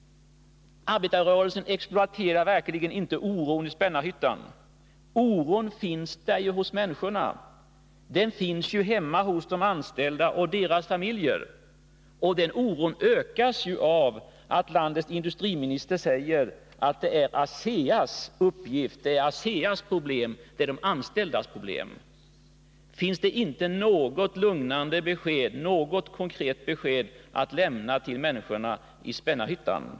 Arbetarrörelsen exploaterar verkligen inte oron i Spännar hyttan. Oron finns ju där hos människorna, den finns hemma hos de anställda och deras familjer. Den oron ökas av att landets industriminister säger att det är ASEA:s uppgift att klara detta, att det är ASEA:s problem och de anställdas problem. Finns det inte något lugnande besked att lämna till människorna i Spännarhyttan?